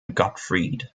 gottfried